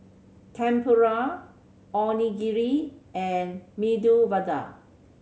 Tempura Onigiri and Medu Vada